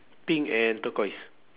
pink and turquoise